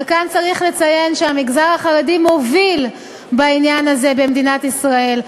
וכאן צריך לציין שהמגזר החרדי מוביל בעניין הזה במדינת ישראל.